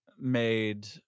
made